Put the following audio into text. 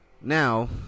Now